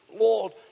Lord